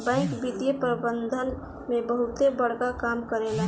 bank वित्तीय प्रबंधन में बहुते बड़का काम करेला